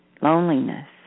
loneliness